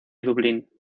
dublín